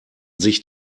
sich